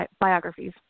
biographies